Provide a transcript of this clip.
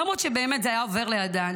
למרות שזה היה עובר לידה,